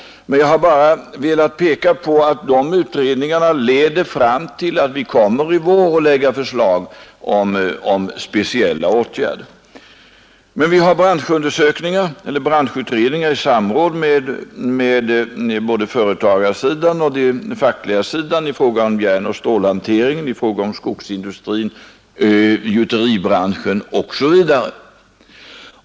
Jag har bara velat peka på det förhållandet att sådana utredningar leder fram till att vi i vår kommer att lägga fram förslag till speciella åtgärder. Men vi bedriver också i samråd både med företagarsidan och den fackliga sidan branschutredningar om järnoch stålhanteringen, skogsindustrin, gjuteribranschen osv.